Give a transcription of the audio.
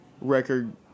record